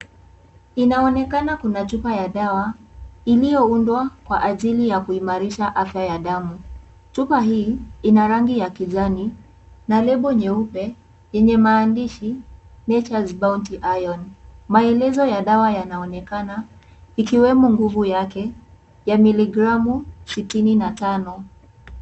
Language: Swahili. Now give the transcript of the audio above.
Inaonekana kuna chupa ya dawa, iliyoundwa kwa ajili ya kuimarisha afya ya damu. Chupa hii ina rangi ya kijani, na lebo nyeupe yenye maandishi Nature's Bounty Iron . Maelezo ya dawa yanaonekana ikiwemo nguvu yake ya miligramu sitini na tano,